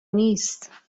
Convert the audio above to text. نیست